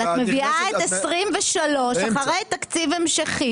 נכון, אבל את מביאה את 23' אחרי תקציב המשכי,